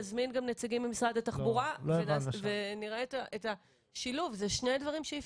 יזמין גם נציגים ממשרד התחבורה ונראה את השילוב כי זה שני דברים שאי